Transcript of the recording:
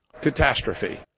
Catastrophe